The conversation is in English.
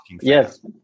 Yes